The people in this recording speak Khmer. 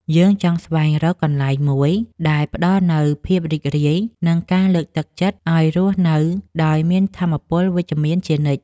យើងចង់ស្វែងរកកន្លែងមួយដែលផ្ដល់នូវភាពរីករាយ និងការលើកទឹកចិត្តឱ្យរស់នៅដោយមានថាមពលវិជ្ជមានជានិច្ច។